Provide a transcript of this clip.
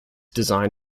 design